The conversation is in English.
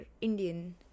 Indian